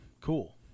Cool